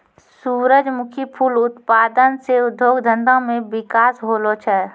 सुरजमुखी फूल उत्पादन से उद्योग धंधा मे बिकास होलो छै